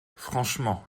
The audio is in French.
franchement